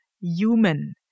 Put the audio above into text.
human